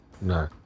no